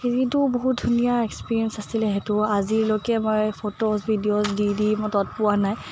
যিটো বহুত ধুনীয়া এক্সপেৰিয়েঞ্চ আছিলে সেইটো আজিলৈকে মই ফটোছ ভিডিঅ'জ দি দি মই তত পোৱা নাই